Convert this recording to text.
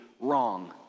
wrong